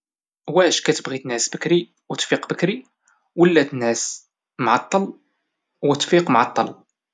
واش كتبغي تنعس بكري وتفيق بكري ولات تنعس معطل وتفيق معطل؟